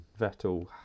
Vettel